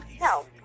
No